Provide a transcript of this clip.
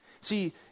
See